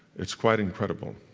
it's quite incredible.